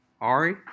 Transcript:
Ari